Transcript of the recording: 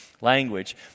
language